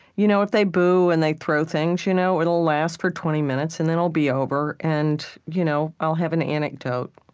you know if they boo and they throw things, you know it'll last for twenty minutes. and then it'll be over, and you know i'll have an anecdote.